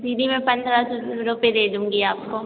दीदी मैं पन्द्रह सौ रुपये दे दूँगी आपको